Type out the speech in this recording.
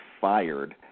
fired